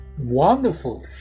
wonderful